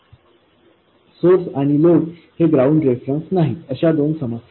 source आणि load हे ground reference नाहीत अशा दोन समस्या आहेत